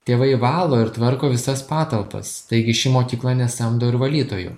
tėvai valo ir tvarko visas patalpas taigi ši mokykla nesamdo ir valytojų